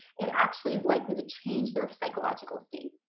it actually is likely to change their psychological state.